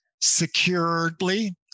securely